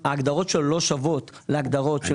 ההגדרות שלו לא שוות להגדרות של מס הכנסה.